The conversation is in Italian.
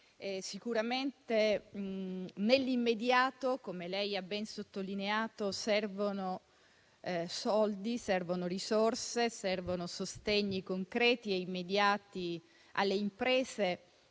sicuramente nell'immediato, come lei ha ben sottolineato, servono soldi, servono risorse, servono sostegni concreti e immediati alle imprese